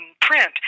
print